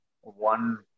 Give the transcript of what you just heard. one